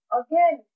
again